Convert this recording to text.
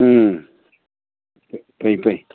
ꯎꯝ ꯐꯩ ꯐꯩ